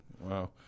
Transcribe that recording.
Wow